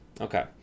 Okay